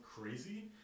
crazy